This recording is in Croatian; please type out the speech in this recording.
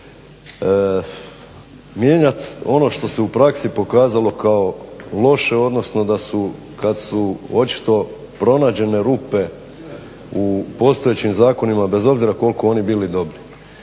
mijenjati ono što se u praksi pokazalo kao loše, odnosno da su kad su očito pronađene rupe u postojećim zakonima bez obzira koliko oni bili dobri.